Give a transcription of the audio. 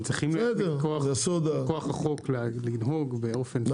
לא, הם צריכים מכוח החוק להגדיר רוב באופן חוקי,